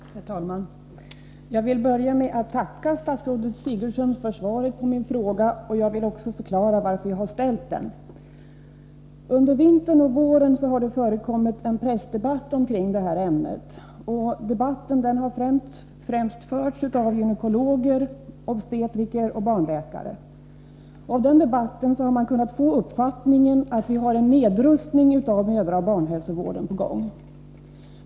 Herr talman! Jag vill börja med att tacka statsrådet Sigurdsen för svaret på min fråga. Jag vill också förklara varför jag ställt frågan. Under vintern och våren har det förekommit en pressdebatt om det här ämnet. Debatten har främst förts av gynekologer, obstetriker och barnläkare. Av den debatten har man kunnat få uppfattningen att vi har en nedrustning av mödraoch barnhälsovården på gång.